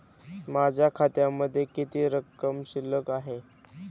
माझ्या खात्यामध्ये किती रक्कम शिल्लक आहे?